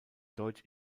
deutsch